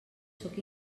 sóc